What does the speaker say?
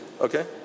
okay